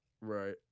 Right